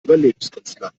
überlebenskünstler